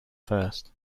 first